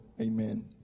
Amen